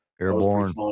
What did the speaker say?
airborne